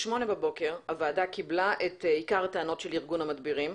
ב-8:00 בבוקר הוועדה קיבלה את עיקר הטענות של ארגון המדבירים.